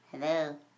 Hello